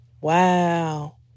Wow